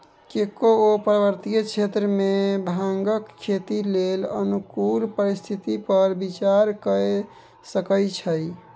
केओ पर्वतीय क्षेत्र मे भांगक खेती लेल अनुकूल परिस्थिति पर विचार कए सकै छै